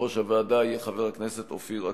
יושב-ראש הוועדה יהיה חבר הכנסת אופיר אקוניס.